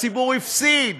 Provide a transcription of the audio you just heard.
הציבור הפסיד,